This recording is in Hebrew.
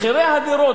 מחירי הדירות,